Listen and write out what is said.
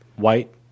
white